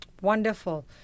Wonderful